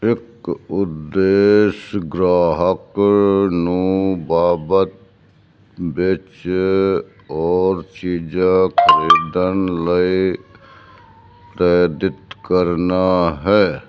ਇੱਕ ਉਦੇਸ਼ ਗ੍ਰਾਹਕ ਨੂੰ ਬਾਅਦ ਵਿੱਚ ਹੋਰ ਚੀਜ਼ਾਂ ਖਰੀਦਣ ਲਈ ਪ੍ਰੇਰਿਤ ਕਰਨਾ ਹੈ